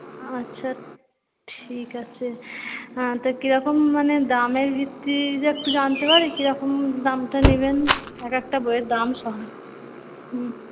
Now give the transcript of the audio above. আচ্ছা ঠিক আছে তা কি রকম মানে দামের বিক্রি একটু জানতে পারি কি রকম দামটা নেবেন এক একটা বইয়ের দাম